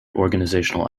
organizational